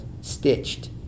stitched